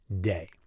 Day